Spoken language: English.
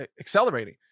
accelerating